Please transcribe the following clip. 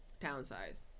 Town-sized